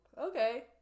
okay